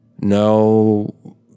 No